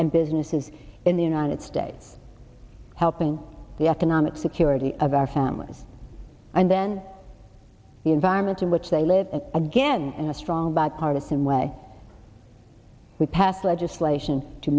and businesses in the united states helping the economic security of our families and then the environment in which they live and again in a strong bipartisan way we passed legislation to